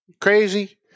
crazy